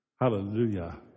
Hallelujah